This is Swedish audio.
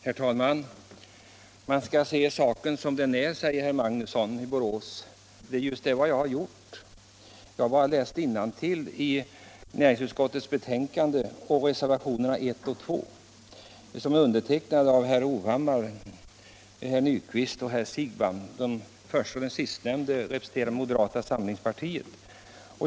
Herr talman! Man skall se saken som den är, säger herr Magnusson i Borås. Det är just det jag har gjort. Jag har läst innantill i reservationerna 1 och 2, som är undertecknade av herrar Hovhammar, Nyquist och Siegbahn. Den förstnämnde och den sistnämnde representerar moderata samlingspartiet.